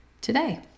today